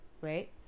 right